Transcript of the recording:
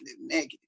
negative